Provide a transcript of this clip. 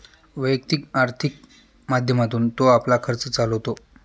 वैयक्तिक आर्थिक माध्यमातून तो आपला खर्च चालवतो